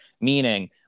meaning